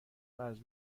قرض